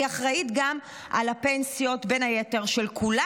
היא אחראית בין היתר גם לפנסיות של כולנו,